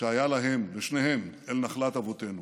שהיה להם, לשניהם, אל נחלת אבותינו.